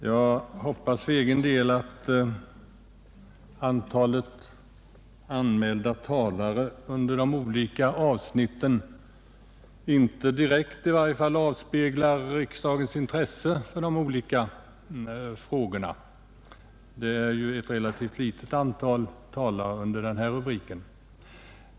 Jag hoppas att antalet anmälda talare under de olika debattavsnitten inte direkt avspeglar riksdagens intresse för frågorna; det är ju relativt få talare antecknade under denna rubrik.